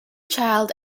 child